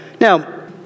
Now